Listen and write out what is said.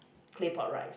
claypot rice